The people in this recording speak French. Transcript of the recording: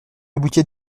aboutit